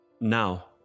Now